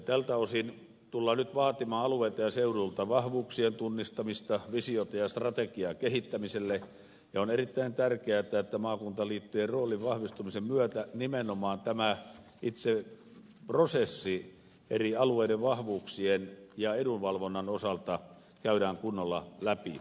tältä osin tullaan nyt vaatimaan alueilta ja seuduilta vahvuuksien tunnistamista visiota ja strategiaa kehittämiselle ja on erittäin tärkeätä että maakuntaliittojen roolin vahvistumisen myötä nimenomaan tämä itse prosessi eri alueiden vahvuuksien ja edunvalvonnan osalta käydään kunnolla läpi